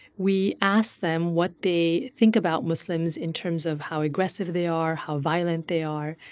we asked them what they think about muslims in terms of how aggressive they are, how violent they are.